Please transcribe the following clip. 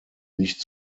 nicht